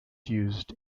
used